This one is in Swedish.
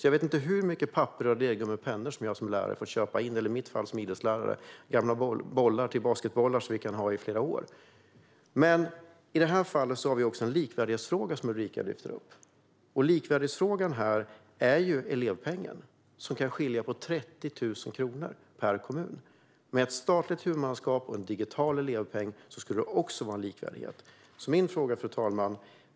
Jag vet inte hur mycket papper, radergummin och pennor lärare får köpa in - eller i mitt fall, som idrottslärare, gamla basketbollar som vi kan ha i flera år. I det här fallet har vi också en likvärdighetsfråga som Ulrika lyfter upp. Likvärdighetsfrågan här är elevpengen, som kan skilja 30 000 kronor mellan kommuner. Med ett statligt huvudmannaskap och en digital elevpeng skulle det också vara likvärdighet. Fru talman!